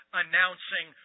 announcing